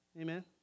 Amen